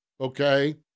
okay